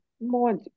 more